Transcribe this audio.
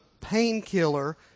painkiller